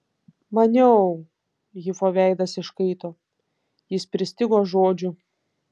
maniau hifo veidas iškaito jis pristigo žodžių